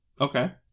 Okay